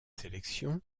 sélection